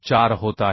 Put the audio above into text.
74 होत आहे